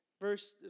Verse